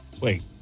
Wait